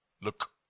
Look